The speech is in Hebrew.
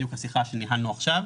בדיוק השיחה שניהלנו עכשיו.